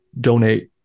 donate